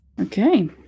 Okay